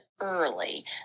early